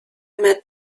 met